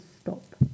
stop